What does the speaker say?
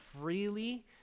freely